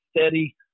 steady